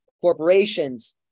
corporations